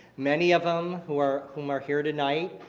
many of them whom are whom are here tonight.